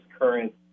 current